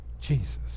jesus